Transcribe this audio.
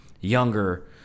younger